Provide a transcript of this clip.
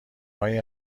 هایی